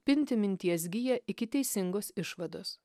pinti minties giją iki teisingos išvados